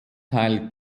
teil